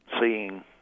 seeing